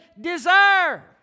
desire